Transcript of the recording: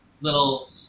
little